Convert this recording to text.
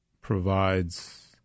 provides